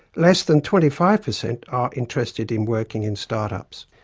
less than twenty five percent are interested in working in start-ups.